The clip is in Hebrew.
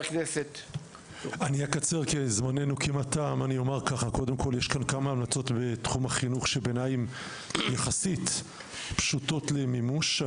יש כאן כמה המלצות בתחום החינוך שבעיניי הן יחסית פשוטות למימוש.